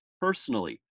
personally